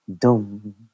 dum